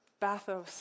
bathos